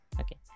okay